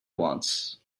wants